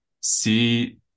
see